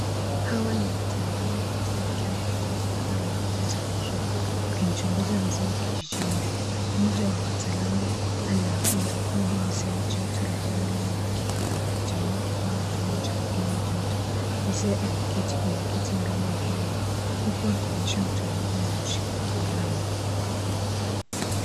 Hawa ni wataalamu wa afya wakiwa wamevalia fulana maalum za blue wakimchunguza mzee kijijini. Mmoja wa wataalamu anamrekodi mzee joto la mwili wake akitumia kifaa maalum cha kupima joto. Mzee ameketi kwenye kiti mbele ya hema huku akionyesha utulivu na ushirikiano.